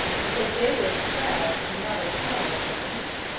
because they were as proud and not as high as he.